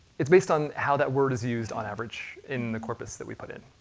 it's based on how that word is used on average in the corpus that we put in.